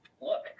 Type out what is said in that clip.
look